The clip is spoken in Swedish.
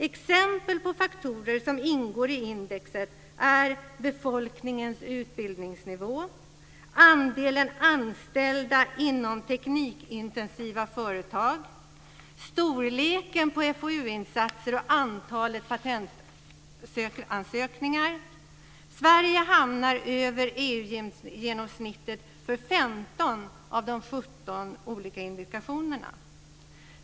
Exempel på faktorer som ingår i indexet är befolkningens utbildningsnivå, andelen anställda inom teknikintensiva företag, storleken på FoU insatser och antalet patentansökningar. Sverige hamnar över EU-genomsnittet för 15 av de 17 olika indikationerna.